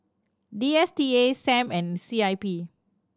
D S T A Sam and C I P